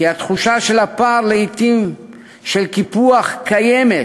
כי לעתים התחושה של הפער, של קיפוח קיימת,